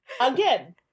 Again